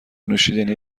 نوشیدنی